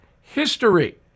history